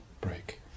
break